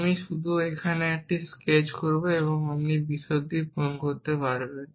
আমি শুধু এখানে স্কেচ করব এবং আপনি বিশদটি পূরণ করতে পারবেন